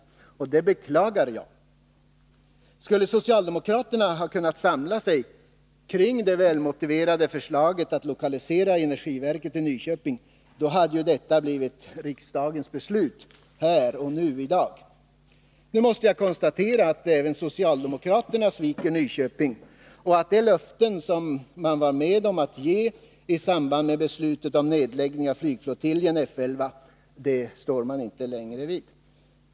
Det beklagar jag. Skulle socialdemokraterna ha kunnat samla sig kring det välmotiverade förslaget att lokalisera energiverket till Nyköping, hade det blivit riksdagens beslut — här och nu i dag. Nu måste jag konstatera att även socialdemokraterna sviker Nyköping och att de inte längre står fast vid de löften som de var med om att ge i samband med beslutet om nedläggning av flygflottiljen F 11.